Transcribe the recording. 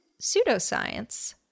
pseudoscience